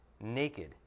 Naked